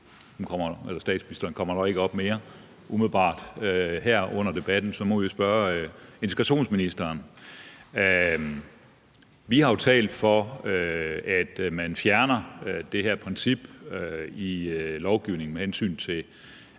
statsministeren kommer nok umiddelbart ikke op mere her under debatten, så vi må spørge integrationsministeren. Vi har jo talt for, at man fjerner det her princip i lovgivningen om optjening